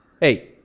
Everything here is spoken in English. hey